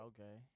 Okay